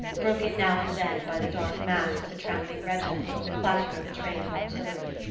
broken now and then by the dark mass of a tramping regiment or the clatter of a train of artillery.